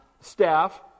staff